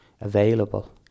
available